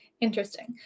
interesting